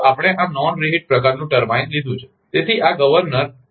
આપણે આ non reheat પ્રકારનું ટર્બાઇન લીધું છે